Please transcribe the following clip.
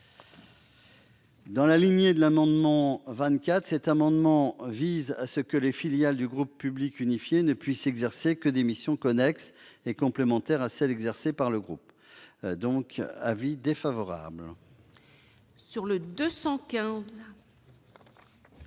Dans la lignée du précédent, l'amendement n° 25 tend à ce que les filiales du groupe public unifié ne puissent exercer que des missions connexes et complémentaires à celles qui sont exercées par le groupe. Avis défavorable.